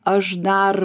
aš dar